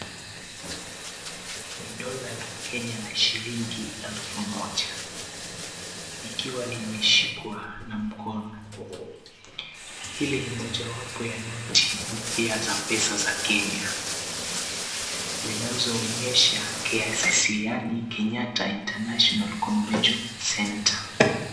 Ni dollar la Kenya la shilingi elfu moja, likiwa limeshikwa na mkono, hili ni mojawapo ya noti mpya za pesa ya Kenya, zinazoonyesha KICC yaani Kenyatta International Convention Center.